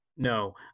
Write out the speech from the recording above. No